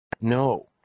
no